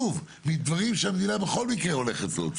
שוב, מדברים שהמדינה בכל מקרה הולכת להוציא.